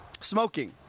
Smoking